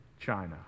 China